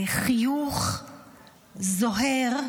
חיוך זוהר,